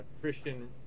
Christian